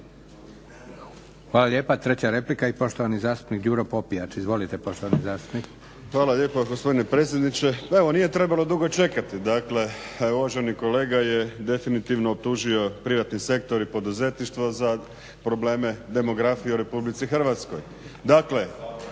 Hvala lijepa. I treća replika, poštovani zastupnik Đuro Popijač. Izvolite. **Popijač, Đuro (HDZ)** Hvala lijepo gospodine predsjedniče. Pa evo nije trebalo dugo čekati, dakle uvaženi kolega je definitivno optužio privatni sektor i poduzetništvo za probleme demografije u RH. Dakle